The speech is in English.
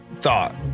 thought